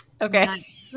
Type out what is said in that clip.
okay